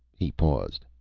he paused.